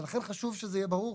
ולכן חשוב שזה יהיה ברור.